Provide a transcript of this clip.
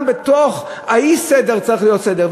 גם בתוך האי-סדר צריך להיות סדר.